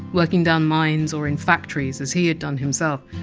working down mines or in factories, as he had done himself.